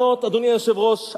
אדוני היושב-ראש,